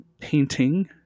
painting